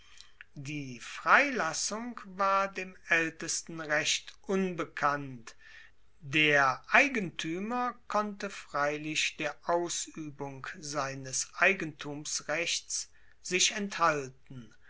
die freilassung war dem aeltesten recht unbekannt der eigentuemer konnte freilich der ausuebung seines eigentumsrechts sich enthalten